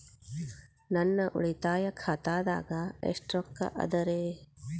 ನನ್ನ ಉಳಿತಾಯ ಖಾತಾದಾಗ ಎಷ್ಟ ರೊಕ್ಕ ಅದ ರೇ?